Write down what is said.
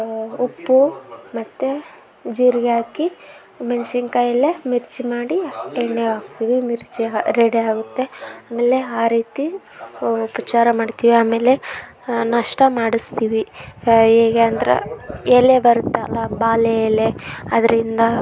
ಉಪ್ಪು ಮತ್ತು ಜೀರಿಗೆ ಹಾಕಿ ಮೆಣಸಿನ್ಕಾಯಲ್ಲೇ ಮಿರ್ಚಿ ಮಾಡಿ ಎಣ್ಣೆಗೆ ಹಾಕ್ತೀವಿ ಮಿರ್ಚಿ ರೆಡಿ ಆಗುತ್ತೆ ಆಮೇಲೆ ಆ ರೀತಿ ಉಪಚಾರ ಮಾಡ್ತೀವಿ ಆಮೇಲೆ ನಾಷ್ಟ ಮಾಡಿಸ್ತೀವಿ ಹೇ ಹೇಗೆ ಅಂದ್ರೆ ಎಲೆ ಬರುತ್ತಲ್ಲಾ ಬಾಳೆ ಎಲೆ ಅದರಿಂದ